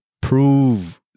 prove